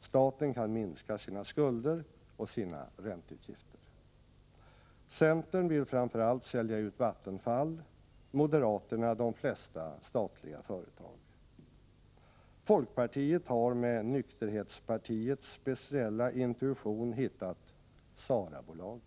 staten kan minska sina skulder och sina ränteutgifter. Centern vill framför allt sälja ut Vattenfall, moderaterna de flesta statliga företag. Folkpartiet har med nykterhetspartiets speciella intuition hittat — SARA-bolaget!